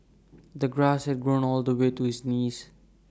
the grass had grown all the way to his knees